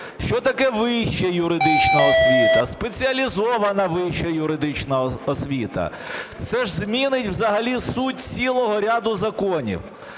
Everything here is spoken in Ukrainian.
що таке вища юридична освіта, спеціалізована вища юридична освіта, це ж змінить взагалі суть цілого ряду законів.